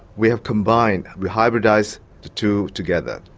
we have combined, we hybridised the two together,